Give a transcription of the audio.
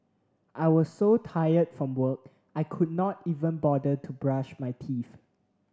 I was so tired from work I could not even bother to brush my teeth